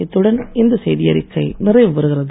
இத்துடன் இந்த செய்திஅறிக்கை நிறைவுபெறுகிறது